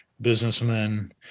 businessmen